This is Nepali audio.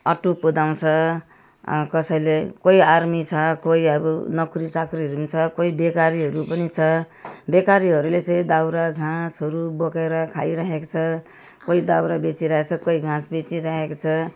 अटो कुदाउँछ कसैले कोही आर्मी छ कोही अब नोकरी चाकरीहरू पनि छ कोही बेकारीहरू पनि छ बेकारीहरूले चाहिँ दाउरा घाँसहरू बोकेर खाइरहेको छ कोही दाउरा बेचिरहेको छ कोही घाँस बेचिरहेको छ